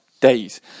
days